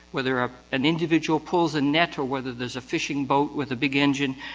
whether ah an individual pulls a net or whether there is a fishing boat with a big engine,